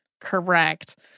correct